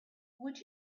would